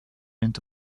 into